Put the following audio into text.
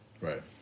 Right